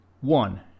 One